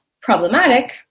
problematic